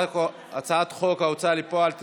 הצעת חוק ההוצאה לפועל (תיקון,